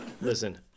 Listen